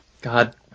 God